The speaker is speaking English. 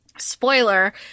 spoiler